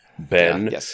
Ben